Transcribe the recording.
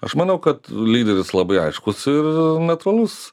aš manau kad lyderis labai aiškus ir natūralus